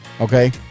okay